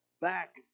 back